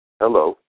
Hello